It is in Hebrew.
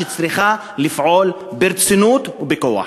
שצריכה לפעול ברצינות ובכוח.